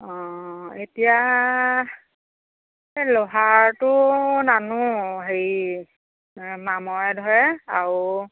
অ এতিয়া এই লোহাৰটো নানো হেৰি মামৰে ধৰে আৰু